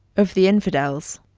of the infidels,